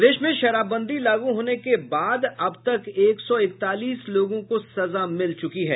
प्रदेश में शराबबंदी लागू होने के बाद अब तक एक सौ इकतालीस लोगों को सजा मिल चूकी है